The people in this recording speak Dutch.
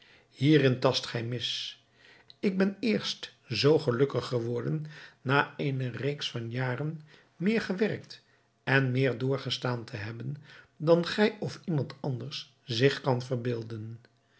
hierin tast gij mis ik ben eerst zoo gelukkig geworden na eene reeks van jaren meer gewerkt en meer doorgestaan te hebben dan gij of iemand anders zich kan verbeelden